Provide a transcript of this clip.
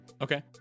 Okay